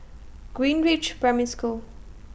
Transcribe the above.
Greenridge Primary School